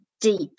deep